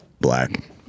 black